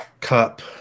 Cup